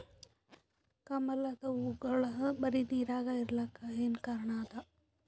ಕಮಲದ ಹೂವಾಗೋಳ ಬರೀ ನೀರಾಗ ಇರಲಾಕ ಏನ ಕಾರಣ ಅದಾ?